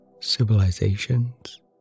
civilizations